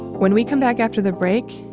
when we come back after the break,